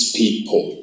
people